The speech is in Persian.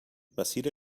مسیر